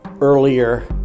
earlier